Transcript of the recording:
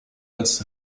als